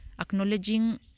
acknowledging